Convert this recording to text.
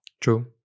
True